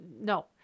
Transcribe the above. No